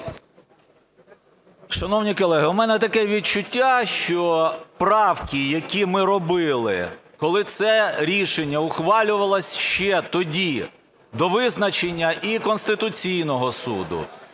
Шановні колеги, у мене таке відчуття, що правки, які ми робили, коли це рішення ухвалювалося ще тоді до визначення і Конституційного Суду,